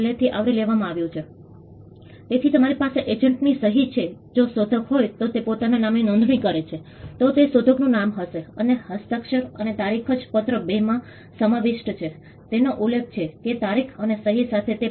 તેથી આ આલોચનાઓ છે તેથી અમે સમુદાયના ભાગીદારીને વ્યાખ્યાયિત કરવાને બદલે તે સમુદાયમાંથી હોવો જોઈએ કે જે સમુદાયની ભાગીદારીનો અર્થ શું છે તે નિર્ણય લેવો જોઈએ